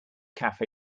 cafe